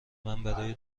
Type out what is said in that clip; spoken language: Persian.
برای